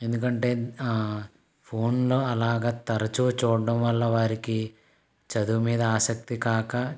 ఎందుకంటే ఫోన్లో అలాగా తరచూ చూడడం వల్ల వారికి చదువు మీద ఆసక్తి కాక